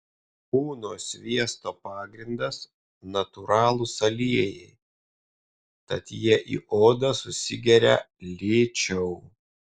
kūno sviesto pagrindas natūralūs aliejai tad jie į odą susigeria lėčiau